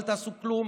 אל תעשו כלום,